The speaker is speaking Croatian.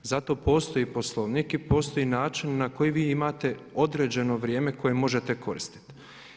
Zato postoji Poslovnik i postoji način na koji vi imate određeno vrijeme koje možete koristiti.